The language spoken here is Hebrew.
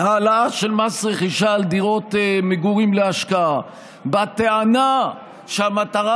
העלאה של מס רכישה על דירות מגורים להשקעה בטענה שהמטרה